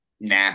nah